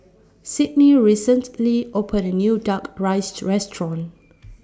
Sydnie recently opened A New Duck Rice Restaurant